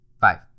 Five